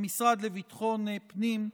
המשרד לביטחון פנים,